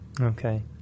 Okay